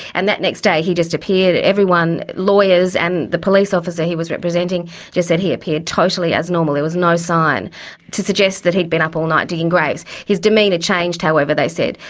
and that next day he just appeared, everyone lawyers and the police officer he was representing just said he appeared totally as normal there was no sign to suggest that he'd been up all night digging graves. his demeanour changed, however, they said,